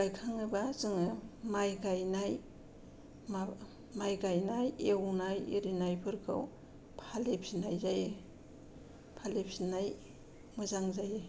बायखाङोबा जोङो माइ गायनाय माइ गायनाय एवनायफोरखौ फालिफिन्नाय जायो फालिफिन्नाय मोजां जायो